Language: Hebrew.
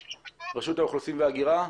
רשות האוכלוסין וההגירה.